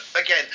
Again